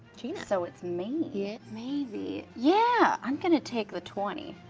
gina. so it's me. yeah. maybe, yeah, i'm gonna take the twenty.